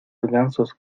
gansos